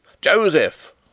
Joseph